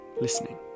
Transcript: listening